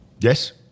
Yes